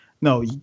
no